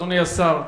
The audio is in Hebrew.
אדוני השר,